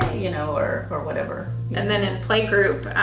you know, or or whatever. and then in playgroup,